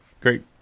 great